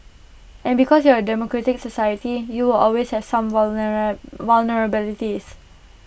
and because you're A democratic society you will always have some vulnerabilities